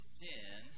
sin